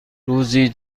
روزی